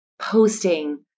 posting